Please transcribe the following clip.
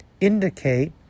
indicate